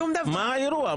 מה האירוע?